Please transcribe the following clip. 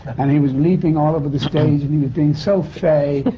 and he was leaping all over the stage, and he was being so fay.